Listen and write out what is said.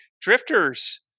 Drifters